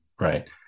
Right